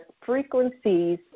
frequencies